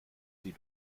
sie